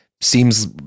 Seems